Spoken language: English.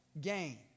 gain